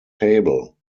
table